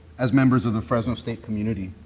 as members of the fresno state community,